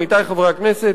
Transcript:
עמיתי חברי הכנסת,